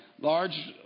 Large